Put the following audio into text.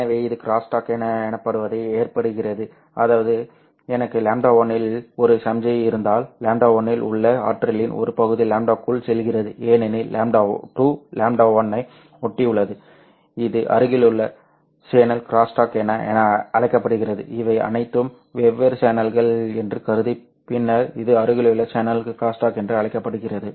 எனவே இது க்ரோஸ்டாக் எனப்படுவதை ஏற்படுத்துகிறது அதாவது எனக்கு λ1 இல் ஒரு சமிக்ஞை இருந்தால் λ1 இல் உள்ள ஆற்றலின் ஒரு பகுதி λ2 க்குள் செல்கிறது ஏனெனில் λ2 λ1 ஐ ஒட்டியுள்ளது இது அருகிலுள்ள சேனல் க்ரோஸ்டாக் என அழைக்கப்படுகிறது இவை அனைத்தும் வெவ்வேறு சேனல்கள் என்று கருதி பின்னர் இது அருகிலுள்ள சேனல் க்ரோஸ்டாக் என்று அழைக்கப்படுகிறது